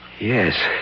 Yes